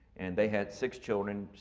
and they had six children,